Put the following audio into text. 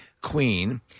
queen